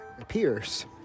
appears